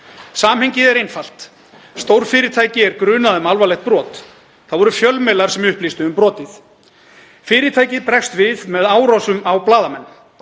Samhengið er einfalt. Stórfyrirtæki er grunað um alvarlegt brot. Það voru fjölmiðlar sem upplýstu um brotið. Fyrirtækið bregst við með árásum á blaðamenn.